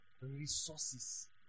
resources